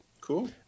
Cool